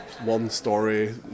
one-story